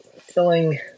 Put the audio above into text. filling